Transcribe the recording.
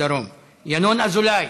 בדרום, ינון אזולאי,